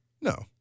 No